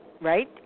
right